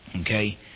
Okay